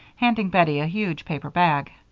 handing bettie a huge paper bag.